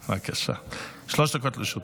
בבקשה, שלוש דקות לרשותך.